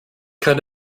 kann